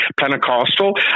Pentecostal